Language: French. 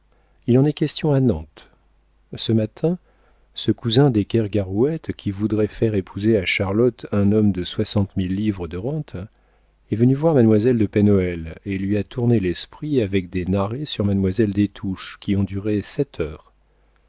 il en est question à nantes ce matin ce cousin de kergarouët qui voudrait faire épouser à charlotte un homme de soixante mille livres de rentes est venu voir mademoiselle de pen hoël et lui a tourné l'esprit avec des narrés sur mademoiselle des touches qui ont duré sept heures